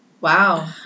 wow